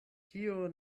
tio